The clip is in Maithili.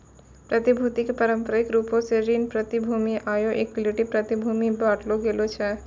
प्रतिभूति के पारंपरिक रूपो से ऋण प्रतिभूति आरु इक्विटी प्रतिभूति मे बांटलो गेलो छै